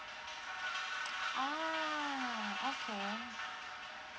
ah okay